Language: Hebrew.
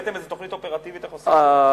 הבאתם איזו תוכנית אופרטיבית, איך עושים את זה?